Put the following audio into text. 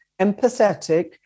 empathetic